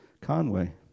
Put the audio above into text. Conway